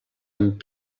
amb